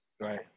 Right